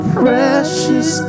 precious